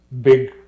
big